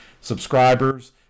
subscribers